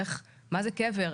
מה זה קבר?